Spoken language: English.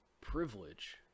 privilege